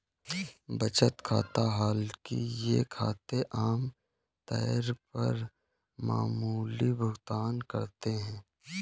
बचत खाता हालांकि ये खाते आम तौर पर मामूली भुगतान करते है